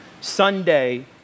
Sunday